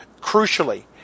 crucially